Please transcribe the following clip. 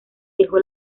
dejó